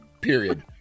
Period